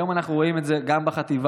היום אנחנו רואים את זה גם בחטיבה,